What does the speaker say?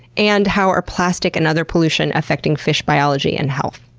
and, how are plastic and other pollution affecting fish biology and health?